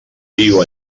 viu